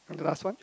and the last one